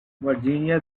virginia